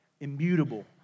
immutable